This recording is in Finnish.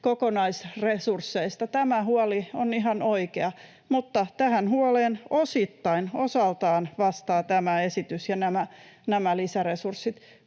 kokonaisresursseista. Tämä huoli on ihan oikea, mutta tähän huoleen osittain osaltaan vastaa tämä esitys ja nämä lisäresurssit.